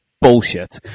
bullshit